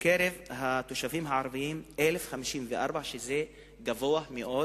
ובקרב התושבים הערביים 1,054, שזה גבוה מאוד